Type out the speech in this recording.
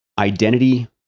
Identity